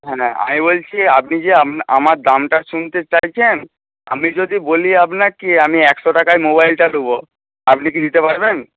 হ্যাঁ না আমি বলছি আপনি যে আমার দামটা শুনতে চাইছেন আমি যদি বলি আপনাকে আমি একশো টাকায় মোবাইলটা দেবো আপনি কি দিতে পারবেন